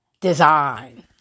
design